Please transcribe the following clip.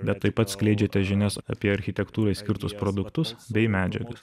bet taip skleidžiate žinias apie architektūrai skirtus produktus bei medžiagas